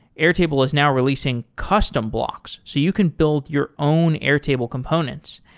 airtable is now releasing custom blocks so you can build your own airtable components.